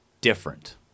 different